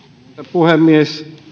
puhemies